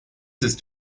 ist